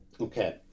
Okay